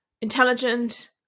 intelligent